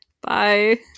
Bye